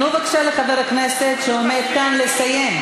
תנו בבקשה לחבר הכנסת שעומד כאן לסיים.